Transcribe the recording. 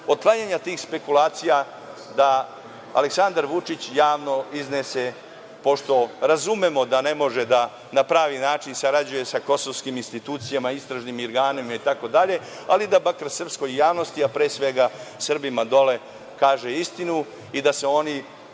otklanjanja tih špekulacija da Aleksandar Vučić javno iznese, pošto razumemo da ne može da na pravi način sarađuje sa kosovskim institucijama, istražnim organima itd, ali da makar srpskoj javnosti, a pre svega Srbima dole kaže istinu i da se oni